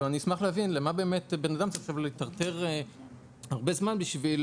אני אשמח להבין למה בן אדם צריך להיטרטר הרבה זמן כדי